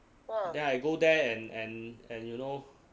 then I go there and and and you know